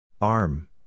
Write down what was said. Arm